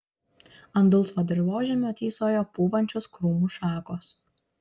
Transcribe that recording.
ant dulsvo dirvožemio tysojo pūvančios krūmų šakos